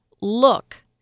Look